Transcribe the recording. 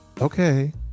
okay